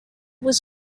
was